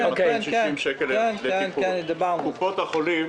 קופות החולים,